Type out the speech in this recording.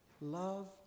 love